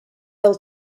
del